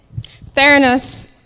Theranos